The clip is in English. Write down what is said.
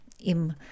im